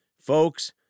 Folks